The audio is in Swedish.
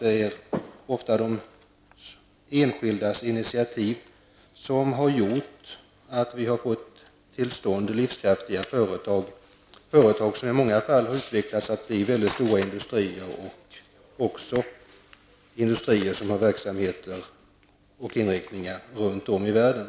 Det är ofta enskilda människors initiativ som har gjort att vi har fått livskraftiga företag. Det är företag som i många fall har utvecklats till stora industrier med ibland verksamhet runt om i världen.